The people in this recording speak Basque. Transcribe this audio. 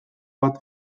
bat